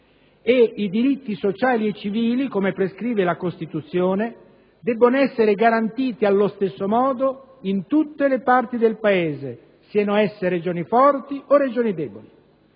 e i diritti sociali e civili, come prescrive la Costituzione, devono essere garantiti allo stesso modo in tutte le parti del Paese, siano esse Regioni forti o Regioni deboli.